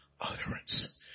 utterance